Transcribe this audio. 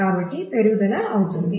కాబట్టి పెరుగుదల అవుతుంది